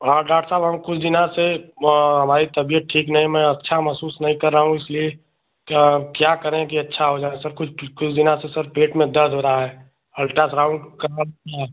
हाँ डाट साहब हम कुछ दिनों से हमारी तबियत ठीक नहीं मैं अच्छा महसूस नहीं कर रहा हूँ इसलिए क्या क्या करें कि अच्छा हो जाएँ सर कुछ कुछ दिना से सर पेट में दर्द हो रहा है अल्ट्रा साउन्ड कराऊँ क्या